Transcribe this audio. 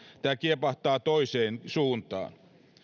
tämä kiepahtaa toiseen suuntaan